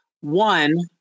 One